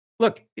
Look